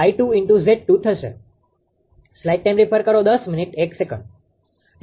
તેથી તે જ રીતે 𝑉3 𝑉2 𝐼2𝑍2 થશે